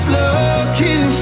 looking